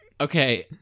Okay